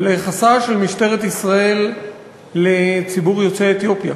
וליחסה של משטרת ישראל לציבור יוצאי אתיופיה